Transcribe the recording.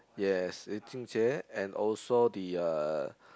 yes lin jun jie and also the uh